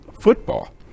football